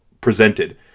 presented